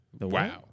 Wow